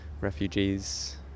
refugees